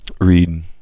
read